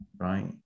right